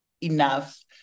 enough